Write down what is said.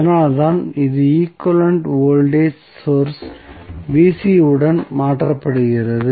அதனால்தான் இது equivalent voltage source உடன் மாற்றப்படுகிறது